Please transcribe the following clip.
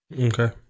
Okay